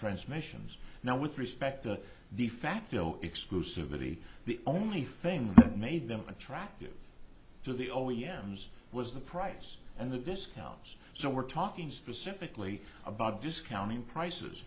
transmissions now with respect to the fact the exclusively the only thing made them attractive to the o e m s was the price and the discounts so we're talking specifically about discounting prices